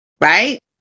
Right